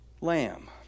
lamb